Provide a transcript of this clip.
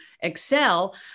excel